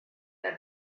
that